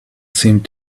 seemed